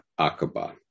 Aqaba